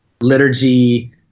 Liturgy